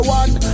one